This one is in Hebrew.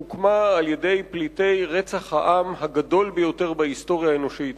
שהוקמה על-ידי פליטי רצח העם הגדול ביותר בהיסטוריה האנושית,